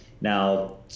Now